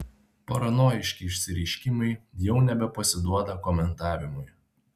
paranojiški išsireiškimai jau nebepasiduoda komentavimui